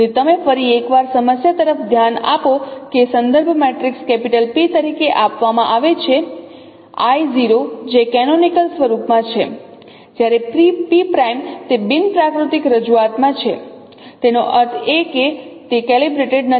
તેથી તમે ફરી એકવાર સમસ્યા તરફ ધ્યાન આપો કે સંદર્ભ મેટ્રિક્સ P તરીકે આપવામાં આવે છે I | 0 જે કેનોનિકલ સ્વરૂપમાં છે જ્યારે P' તે બિન પ્રાકૃતિક રજૂઆત માં છે તેનો અર્થ એ કે તે કેલિબ્રેટ નથી